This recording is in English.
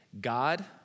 God